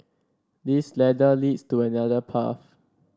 this ladder leads to another path